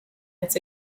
its